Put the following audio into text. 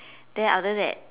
then after that